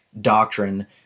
doctrine